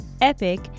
epic